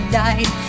died